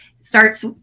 starts